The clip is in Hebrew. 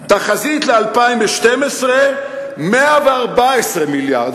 תחזית ל-2012, 114 מיליארד.